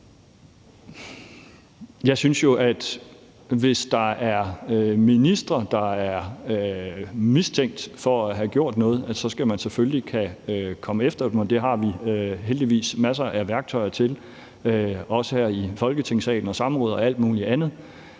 Jeg synes jo, at hvis der er ministre, der er mistænkt for at have gjort noget, så skal man selvfølgelig kunne komme efter dem, og det har vi heldigvis masser af værktøjer til, også her i Folketingssalen og i form af samråd og alt muligt andet.